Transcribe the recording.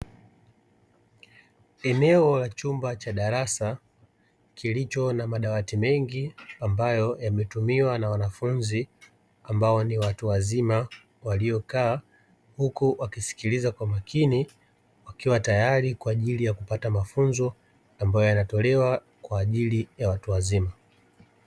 Eneo la chumba cha darasa kilicho na madawati mengi ambayo yametumiwa na wanafunzi ambao ni watu wazima waliokaa huku wakisikiliza kwa makini wakiwa tayari kwa ajili ya kupata mafunzo ambayo yanatolewa kwa ajili ya watu wazima.